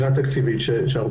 התקציבי.